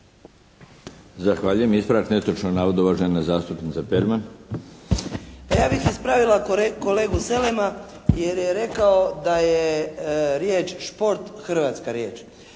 Zahvaljujem. Ispravak netočnog navoda, uvažena zastupnica Perman. **Perman, Biserka (SDP)** Pa ja bih ispravila kolegu Selema jer je rekao da je riječ: "šport" hrvatska riječ.